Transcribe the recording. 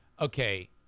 Okay